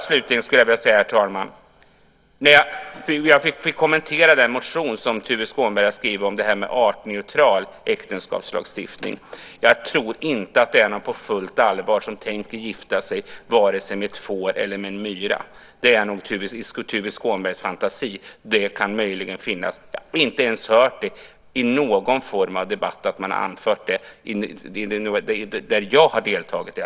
Slutligen vill jag kommentera den motion som Tuve Skånberg har skrivit om detta med artneutral äktenskapslagstiftning. Jag tror inte att det är någon som på fullt allvar tänker gifta sig vare sig med ett får eller en myra. Det kan möjligen finnas i Tuve Skånbergs fantasi. Jag har inte hört det att man anfört det i någon form av debatt, i alla fall inte i någon av de debatter som jag har deltagit i.